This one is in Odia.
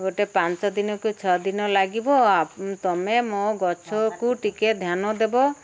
ଗୋଟେ ପାଞ୍ଚ ଦିନକୁ ଛଅ ଦିନ ଲାଗିବ ତୁମେ ମୋ ଗଛକୁ ଟିକେ ଧ୍ୟାନ ଦେବ